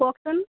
কওকচোন